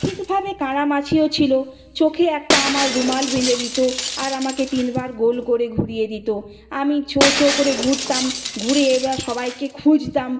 ঠিক ভাবে কানা মাছিও ছিল চোখে একটা আমার রুমাল বেঁধে দিত আর আমাকে তিন বার গোল করে ঘুরিয়ে দিত আমি ছো ছো করে ঘুরতাম ঘুরে এ বার সবাইকে খুঁজতাম